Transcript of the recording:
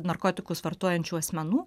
narkotikus vartojančių asmenų